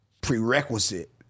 prerequisite